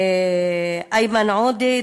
איימן עודה,